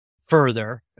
further